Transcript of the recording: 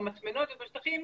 במטמנות ובשטחים,